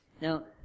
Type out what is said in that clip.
now